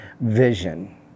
vision